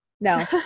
no